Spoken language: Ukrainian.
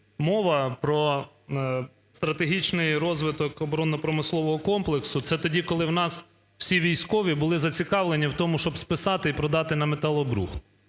мова про стратегічний розвиток оборонно-промислового комплексу, це тоді, коли у нас всі військові були зацікавлені у тому, щоб списати і продати на металобрухт.